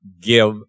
give